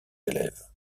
élèves